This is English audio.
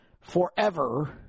forever